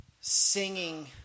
singing